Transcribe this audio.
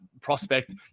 prospect